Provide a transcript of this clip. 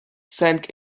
sank